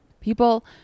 people